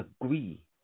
agree